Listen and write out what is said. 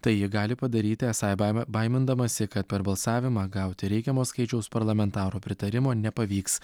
tai ji gali padaryti esą baime baimindamasi kad per balsavimą gauti reikiamo skaičiaus parlamentarų pritarimo nepavyks